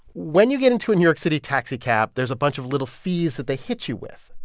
when you get into a new york city taxicab, there's a bunch of little fees that they hit you with.